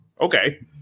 okay